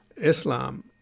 Islam